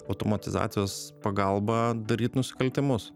automatizacijos pagalba daryt nusikaltimus